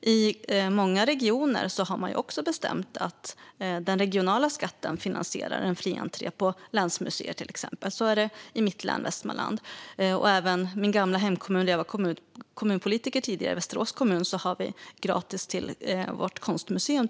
I många regioner har man också bestämt att den regionala skatten finansierar fri entré på till exempel länsmuseer. Så är det i mitt hemlän Västmanland, och även i min gamla hemkommun Västerås, där jag tidigare var kommunpolitiker, har vi gratis inträde till vårt konstmuseum.